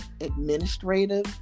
administrative